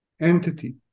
entity